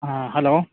ꯑꯥ hello